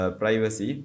privacy